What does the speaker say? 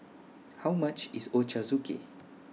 How much IS Ochazuke